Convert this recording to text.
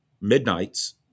Midnights